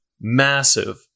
massive